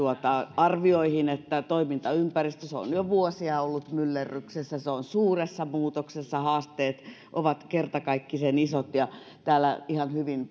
arvioihin että toimintaympäristö on jo vuosia ollut myllerryksessä se on suuressa muutoksessa ja haasteet ovat kertakaikkisen isot täällä ihan hyvin